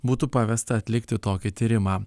būtų pavesta atlikti tokį tyrimą